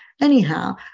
Anyhow